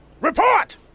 Report